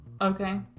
Okay